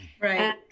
Right